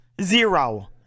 Zero